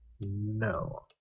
No